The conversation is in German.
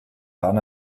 hahn